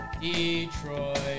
Detroit